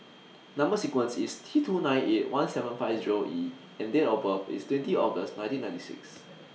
Number sequence IS T two nine eight one seven five Zero E and Date of birth IS twenty August nineteen ninety six